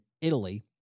Italy